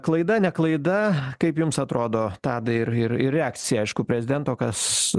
klaida ne klaida kaip jums atrodo tadai ir ir ir reakcija aišku prezidento kas